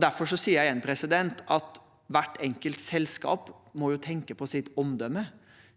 Derfor sier jeg igjen: Hvert enkelt selskap må jo tenke på sitt omdømme,